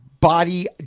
body